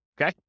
Okay